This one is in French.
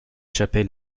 chapelle